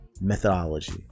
methodology